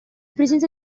presenza